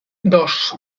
dos